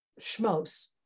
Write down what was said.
Shmos